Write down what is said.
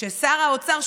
ששר האוצר,